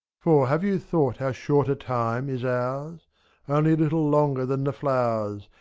for, have you thought how short a time is ours? only a little longer than the flowers, sj.